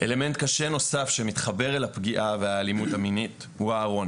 אלמנט קשה נוסף שמתחבר לפגיעה והאלימות המינית הוא הארון.